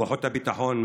כוחות הביטחון,